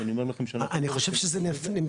אז אני אומר לכם שאנחנו --- אני חושב שזה נמצא.